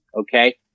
okay